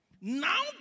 Now